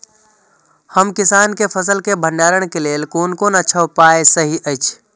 हम किसानके फसल के भंडारण के लेल कोन कोन अच्छा उपाय सहि अछि?